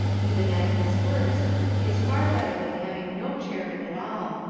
even at his worst he is far better than having no chairman at all.